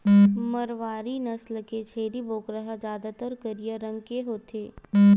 मारवारी नसल के छेरी बोकरा ह जादातर करिया रंग के होथे